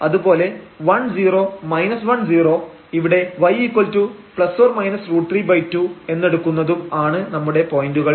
അതുപോലെ 1 0 1 0 ഇവിടെ y±√32 എന്നെടുക്കുന്നതും ആണ് നമ്മുടെ പോയന്റുകൾ